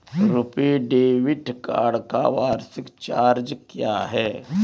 RuPay debit card का वार्षिक charge क्या है?